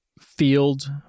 field